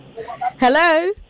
Hello